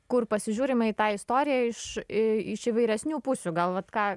kur pasižiūrima į tą istoriją iš į iš įvairesnių pusių gal vat ką